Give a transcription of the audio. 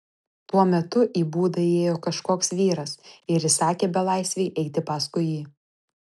tuo metu į būdą įėjo kažkoks vyras ir įsakė belaisvei eiti paskui jį